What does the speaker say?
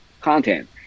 content